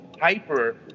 hyper